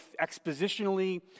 expositionally